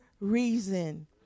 reason